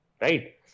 Right